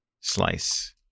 slice